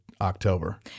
October